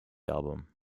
album